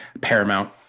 Paramount